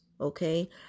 Okay